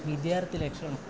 विद्यार्थिलक्षणं